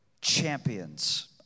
champions